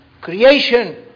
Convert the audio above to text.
creation